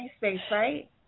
right